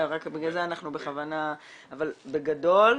בגלל זה אנחנו בכוונה --- אבל בגדול,